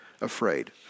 afraid